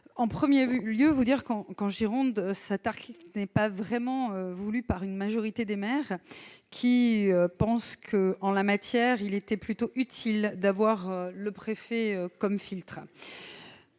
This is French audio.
en 1er vu mieux vous dire qu'en qu'en Gironde cet art qui n'est pas vraiment voulu par une majorité des mères qui pense que, en la matière, il était plutôt utile d'avoir le préfet comme filtre